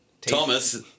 Thomas